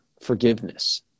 Forgiveness